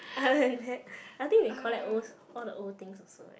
other than that I think we collect old all the old things also right